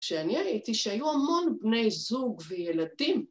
כשאני הייתי, שהיו המון בני זוג וילדים.